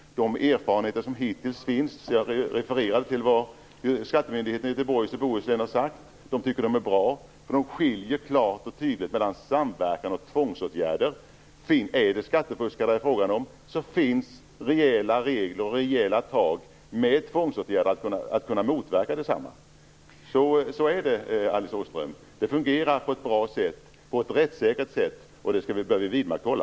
De erfarenheter som hittills finns - jag refererade till vad skattemyndigheten i Göteborgs och Bohuslän har sagt - är bra. Man skiljer klart och tydligt mellan samverkan och tvångsåtgärder. Det finns rejäla regler att med tvångsåtgärder kunna motverka skattefusk. Så är det, Alice Åström. Det fungerar på ett bra och rättssäkert sätt, och det skall vi vidmakthålla.